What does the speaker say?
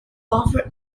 offer